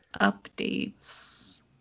updates